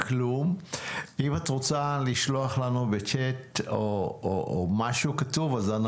אם את רוצה לשלוח לנו בצ'אט או משהו כתוב, אנחנו